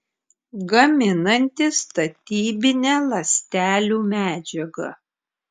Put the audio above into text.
gaminanti statybinę ląstelių medžiagą